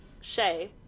Shay